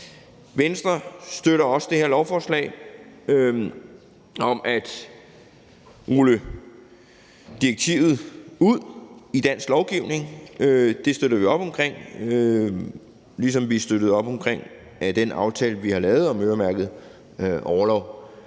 Venstre støtter også det her lovforslag om at rulle direktivet ud i dansk lovgivning. Det støtter vi op omkring, ligesom vi støttede op omkring den aftale, vi har lavet om øremærket orlov.